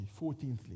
fourteenthly